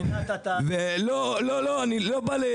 ההתעללות לא נגמרת,